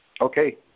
Okay